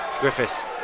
Griffiths